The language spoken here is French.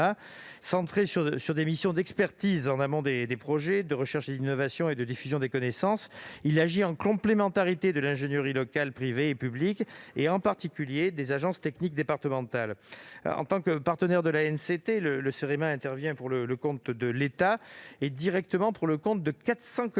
Centré sur des missions d'expertise en amont des projets de recherche et d'innovation, ainsi que de diffusion des connaissances, il agit en complémentarité avec l'ingénierie locale privée et publique, en particulier les agences techniques départementales. En tant que partenaire de l'ANCT, le Cerema intervient pour le compte de l'État et de 400 collectivités chaque